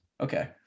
Okay